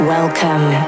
Welcome